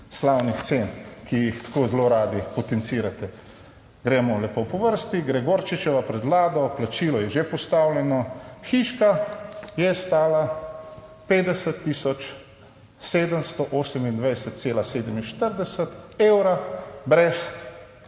slavnih cen, ki jih tako zelo radi potencirate. Gremo lepo po vrsti, Gregorčičeva pred vlado, plačilo je že postavljeno, hiška je stala 50728,47 evra brez